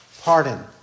pardon